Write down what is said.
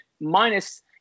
minus